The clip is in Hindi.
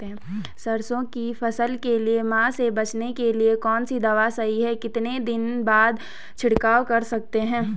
सरसों की फसल के लिए माह से बचने के लिए कौन सी दवा सही है कितने दिन बाद छिड़काव कर सकते हैं?